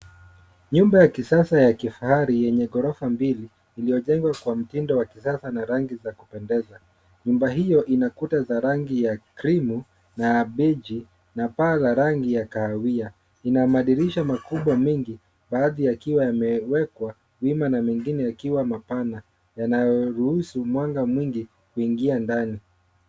Nyumba ya kisasa ya kifahari yenye gorofa mbili, iliyojengwa kwa mtindo wa kisasa na rangi za kupendeza. Nyumba hiyo ina kuta za rangi ya krimu na beji na paa la rangi ya kahawia, ina madirisha makubwa mengi, baadhi yakiwa yamewekwa wima na mengine yakiwa mapana, yanayoruhusu mwanga mwingi kuingia ndani.